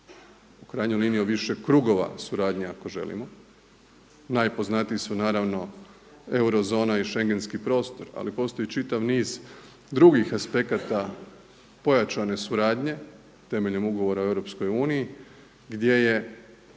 U krajnjoj liniji u više krugova suradnja ako želimo. Najpoznatiji su naravno eurozona i schengenski prostor, ali postoji čitav niz drugih aspekata pojačane suradnje, temeljem Ugovora o EU, gdje je